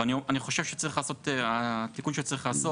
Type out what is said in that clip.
אבל אני חושב שהתיקון שצריך לעשות,